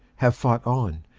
have fought on,